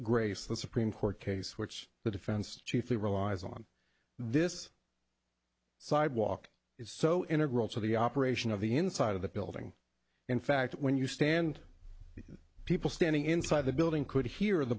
grace the supreme court case which the defense chiefly relies on this sidewalk is so integral to the operation of the inside of the building in fact when you stand people standing inside the building could hear the